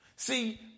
See